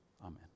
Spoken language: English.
amen